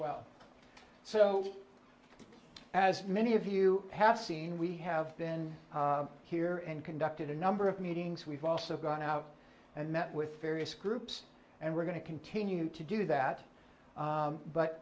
well so as many of you have seen we have been here and conducted a number of meetings we've also gone out and met with various groups and we're going to continue to do that